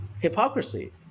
hypocrisy